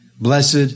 Blessed